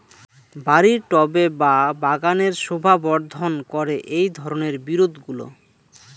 বাড়ির টবে বা বাগানের শোভাবর্ধন করে এই ধরণের বিরুৎগুলো